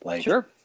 Sure